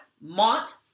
Mont